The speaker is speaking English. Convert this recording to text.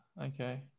Okay